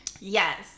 yes